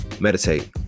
meditate